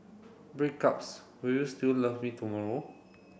breakups will you still love me tomorrow